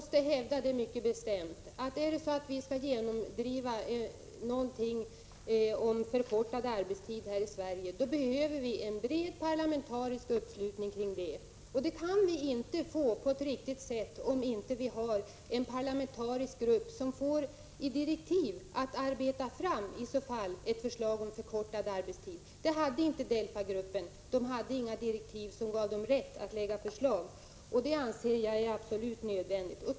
Jag hävdar mycket bestämt att det för att vi skall kunna genomdriva något slags arbetstidsförkortning här i Sverige behövs en bred parlamentarisk uppslutning kring en sådan åtgärd. Det kan vi inte åstadkomma på ett riktigt sätt om inte en parlamentarisk grupp med direktiv att utarbeta ett förslag till arbetstidsförkortning tillsätts. DELFA gruppen hade inte fått några direktiv som gav den rätt att lägga fram förslag, vilket jag anser är nödvändigt.